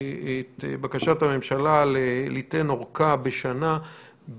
אני מבקש להעמיד להצבעה את בקשת הממשלה לייתן ארכה של שנה באשר